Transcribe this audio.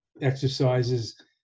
exercises